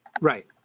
Right